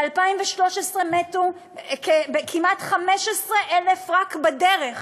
ב-2013 מתו כמעט 15,000 רק בדרך,